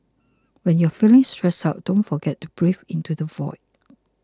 when you are feeling stressed out don't forget to breathe into the void